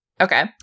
Okay